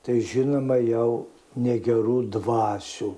tai žinoma jau negerų dvasių